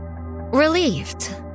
relieved